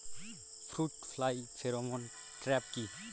Fruit fly pheromone trap কি?